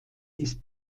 ist